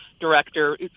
director